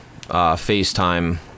FaceTime